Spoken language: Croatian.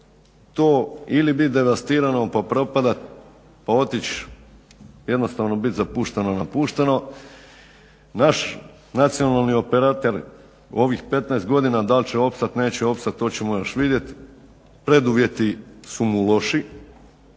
to ili biti devastirano pa propadati, pa otići i jednostavno biti napušteno i zapušteno naš nacionalni operater u ovih 15 godina da li će opstati, neće opstati to ćemo još vidjeti, preduvjeti su mu loši